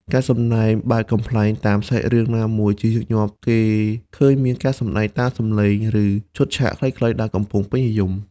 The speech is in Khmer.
ការសម្ដែងបែបកំប្លែងតាមសាច់រឿងណាមួយជាញឹកញាប់គេឃើញមានការសម្ដែងតាមសំឡេង ឬឈុតឆាកខ្លីៗដែលកំពុងពេញនិយម។